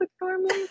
normally